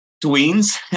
twins